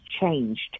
changed